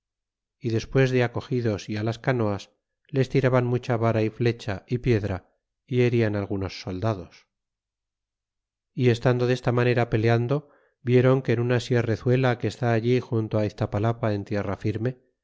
y despues de acogidos las canoas les tiraban mucha vara y flecha y piedra y herian algunos soldados y estando de esta manera peleando vieron que en una sierrezuela que está allí junto iztapalapa en tierra firme